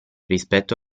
rispetto